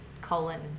colon